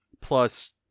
plus